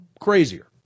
crazier